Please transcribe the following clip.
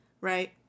right